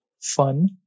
fun